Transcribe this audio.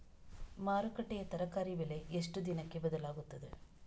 ಮಾರುಕಟ್ಟೆಯ ತರಕಾರಿ ಬೆಲೆ ಎಷ್ಟು ದಿನಕ್ಕೆ ಬದಲಾಗುತ್ತದೆ?